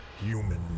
human